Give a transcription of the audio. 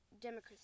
democracy